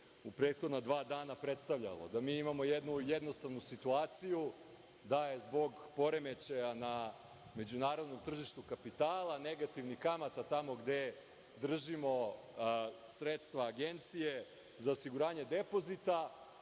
u prethodna dva dana predstavljalo, da mi imamo jednu jednostavnu situaciju da je zbog poremećaja na međunarodnom tržištu kapitala, negativnih kamata tamo gde držimo sredstva Agencije za osiguranje depozita